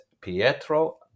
Pietro